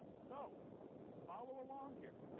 so follow along here.